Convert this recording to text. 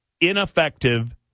ineffective